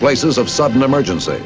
places of sudden emergency